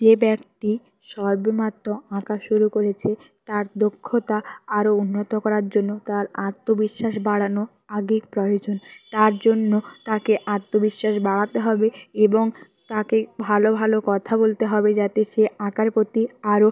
যে ব্যক্তি সবে মাত্র আঁকা শুরু করেছে তার দক্ষতা আরো উন্নত করার জন্য তার আত্মবিশ্বাস বাড়ানো আগে প্রয়োজন তার জন্য তাকে আত্মবিশ্বাস বাড়াতে হবে এবং তাকে ভালো ভালো কথা বলতে হবে যাতে সে আঁকার প্রতি আরো